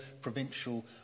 provincial